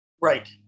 Right